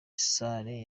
salle